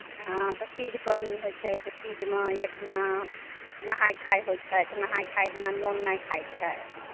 हॅं तऽ तीज पाबनि होइ छै तऽ तीजमे एक दिना नहाइ खाइ होइ छै तऽ नहाइ खाइ दिना नोन नहि खाइ छै